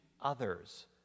others